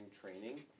training